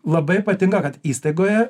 labai patinka kad įstaigoje